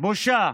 בושה